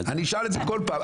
אני אשאל את זה כל פעם,